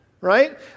right